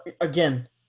again